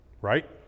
Right